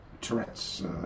Tourette's